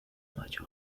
majors